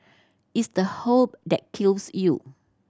it's the hope that kills you